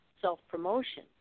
self-promotion